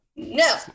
no